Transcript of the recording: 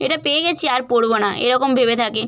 এটা পেয়ে গেছি আর পড়বো না এরকম ভেবে থাকে